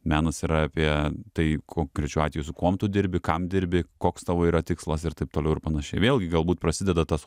menas yra apie tai konkrečiu atveju su kuom tu dirbi kam dirbi koks tavo yra tikslas ir taip toliau ir panašiai vėlgi galbūt prasideda tas